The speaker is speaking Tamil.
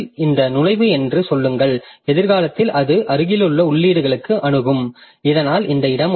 இந்த நுழைவு என்று சொல்லுங்கள் எதிர்காலத்தில் அது அருகிலுள்ள உள்ளீடுகளை அணுகும் இதனால் அந்த இடம் உள்ளது